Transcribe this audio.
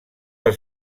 els